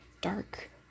dark